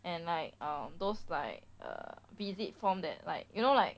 and like um those like uh visit form that like you know like